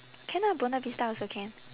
can ah buona vista also can